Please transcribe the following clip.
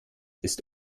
ist